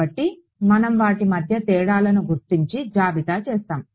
కాబట్టి మనం వాటి మధ్య తేడాలను గుర్తించి జాబితా చేస్తాము